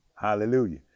Hallelujah